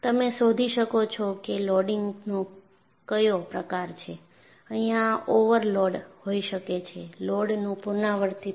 તમે શોધી શકો છો કે લોડિંગનો કયો પ્રકાર છે અહીંયા ઓવર લોડ હોઈ શકે છે લોડ નું પુનરાવર્તિત થાય છે